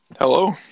Hello